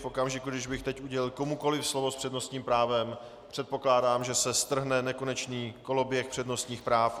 V okamžiku, kdy bych teď udělil komukoli slovo s přednostním právem, předpokládám, že se strhne nekonečný koloběh přednostních práv.